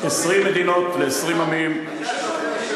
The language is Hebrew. אז על איזה שלום אתה מדבר?